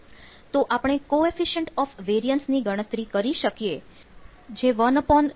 તો આપણે coefficient of variance ની ગણતરી કરી શકીએ જે 1nCV છે